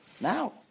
now